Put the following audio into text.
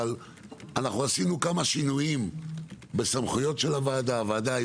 אבל אנחנו עשינו כמה שינויים בסמכויות של הוועדה.